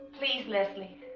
please leslie